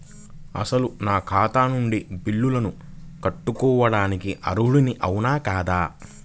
అసలు నా ఖాతా నుండి బిల్లులను కట్టుకోవటానికి అర్హుడని అవునా కాదా?